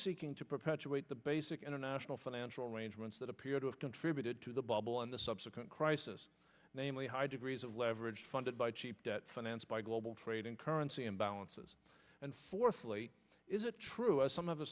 seeking to perpetuate the basic international financial arrangements that appear to have contributed to the bubble and the subsequent crisis namely high degrees of leverage funded by cheap debt financed by global trading currency imbalances and fourthly is it true of some of